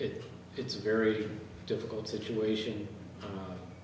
if it's a very difficult situation